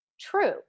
true